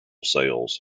sales